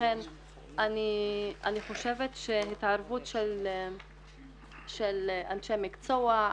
אני חושבת שהתערבות של אנשי מקצוע,